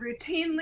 routinely